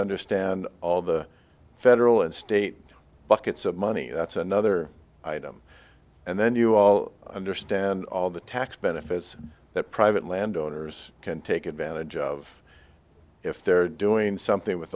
understand all the federal and state buckets of money that's another item and then you all understand all the tax benefits that private landowners can take advantage of if they're doing something with